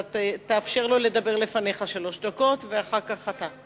אתה תאפשר לו לדבר לפניך שלוש דקות ואחר כך אתה.